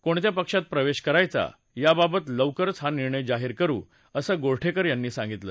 कोणत्या पक्षात प्रवेश करायचा याबाबत लवकरच हा निर्णय जाहीर करु असं गोरठेकर यांनी सांगितलं